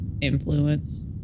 influence